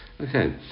Okay